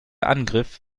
angriff